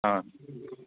હા